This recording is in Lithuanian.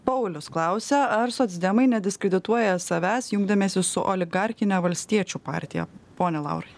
paulius klausia ar socdemai nediskredituoja savęs jungdamiesi su oligarchine valstiečių partija pone laurai